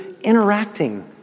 interacting